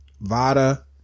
Vada